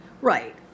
Right